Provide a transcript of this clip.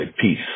peace